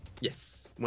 Yes